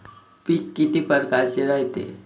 पिकं किती परकारचे रायते?